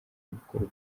gukorwa